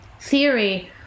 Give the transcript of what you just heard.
theory